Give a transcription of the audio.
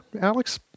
Alex